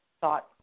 thought